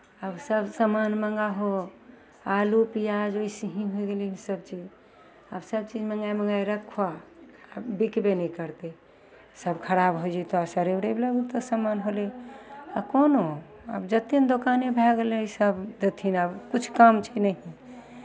आब सभ सामान मङ्गाहौ आलू पियाज वइसे ही होय गेलै सभचीज आब सभचीज मङ्गाय मङ्गाय रखहो आ बिकबे नहि करतै सभ खराब होय जयतहु सड़य उड़यवला ओ तऽ सामान होलै आ कोनो आब जतेक ने दोकाने भए गेलै सभ जयथिन आब किछु काम छै नहि